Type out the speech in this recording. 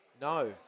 No